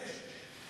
בנשק.